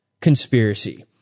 conspiracy